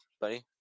buddy